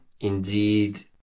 indeed